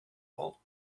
all